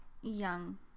young